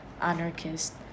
anarchist